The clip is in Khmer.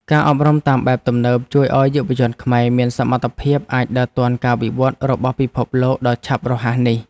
ការអប់រំតាមបែបទំនើបជួយឱ្យយុវជនខ្មែរមានសមត្ថភាពអាចដើរទាន់ការវិវត្តរបស់ពិភពលោកដ៏ឆាប់រហ័សនេះ។